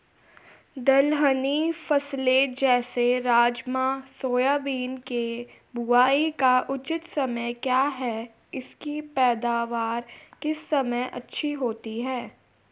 दलहनी फसलें जैसे राजमा सोयाबीन के बुआई का उचित समय क्या है इसकी पैदावार किस समय अच्छी होती है?